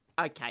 Okay